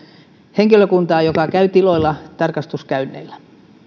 henkilökuntaa joka käy tiloilla tarkastuskäynneillä